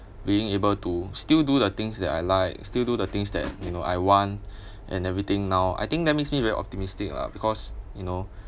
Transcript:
being able to still do the things that I like still do the things that you know I want and everything now I think that makes me very optimistic lah because you know